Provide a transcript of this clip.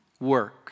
work